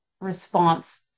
response